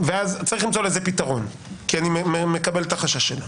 צריך למצוא לזה פתרון, כי אני מקבל את החשש שלה.